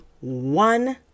One